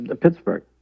Pittsburgh